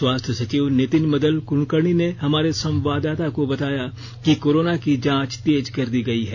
स्वास्थ्य सचिव नितिन मदन कुलकर्णी ने हमारे संवाददाता को बताया कि कोरोना की जांच तेज कर दी गई है